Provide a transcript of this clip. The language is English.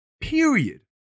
Period